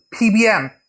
PBM